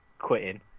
quitting